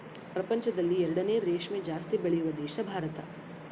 ಪ್ರಪಂಚದಲ್ಲಿ ಎರಡನೇ ರೇಷ್ಮೆ ಜಾಸ್ತಿ ಬೆಳೆಯುವ ದೇಶ ಭಾರತ